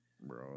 Bro